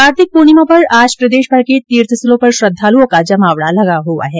कार्तिक पूर्णिमा पर आज प्रदेशभर के तीर्थ स्थलों पर श्रद्वालुओं का जमावडा लगा हुआ है